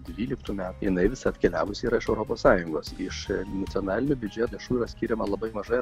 dvyliktų metais jinai visa atkeliavusi yra iš europos sąjungos iš nacionalinio biudžeto lėšų yra skiriama labai mažai